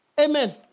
amen